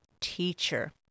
teacher